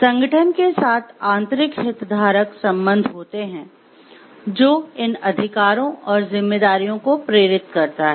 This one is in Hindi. संगठन के साथ आंतरिक हितधारक संबंध होते है जो इन अधिकारों और जिम्मेदारियों को प्रेरित करता है